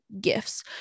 gifts